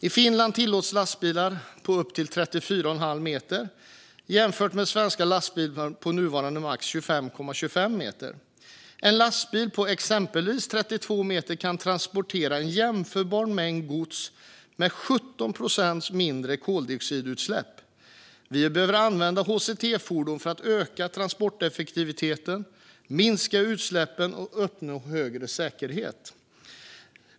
I Finland tillåts lastbilar på upp till 34,5 meter, jämfört med svenska lastbilar på nuvarande maxlängd 25,25 meter. En lastbil på exempelvis 32 meter kan transportera en jämförbar mängd gods med 17 procent mindre koldioxidutsläpp. Vi behöver använda HCT-fordon för att öka transporteffektiviteten, minska utsläppen och uppnå högre säkerhet.